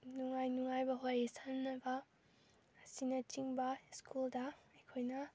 ꯅꯨꯡꯉꯥꯏ ꯅꯨꯡꯉꯥꯏꯕ ꯋꯥꯔꯤ ꯁꯥꯟꯅꯕ ꯑꯁꯤꯅ ꯆꯤꯡꯕ ꯁ꯭ꯀꯨꯜꯗ ꯑꯩꯈꯣꯏꯅ